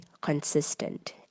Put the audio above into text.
consistent